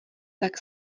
tak